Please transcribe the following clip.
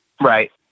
Right